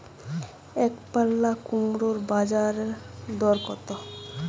একপাল্লা কুমড়োর বাজার দর কত?